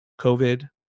COVID